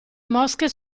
mosche